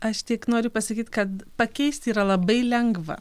aš tik noriu pasakyti kad pakeisti yra labai lengva